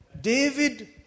David